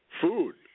food